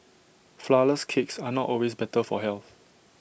Flourless Cakes are not always better for health